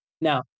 Now